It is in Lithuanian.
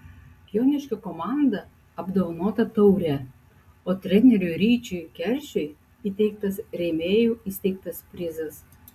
joniškio komanda apdovanota taure o treneriui ryčiui keršiui įteiktas rėmėjų įsteigtas prizas